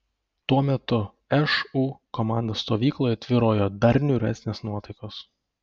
tuo metu šu komandos stovykloje tvyrojo dar niūresnės nuotaikos